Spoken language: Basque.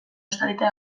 estalita